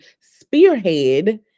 spearhead